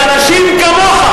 ואנשים כמוך